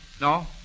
No